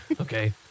okay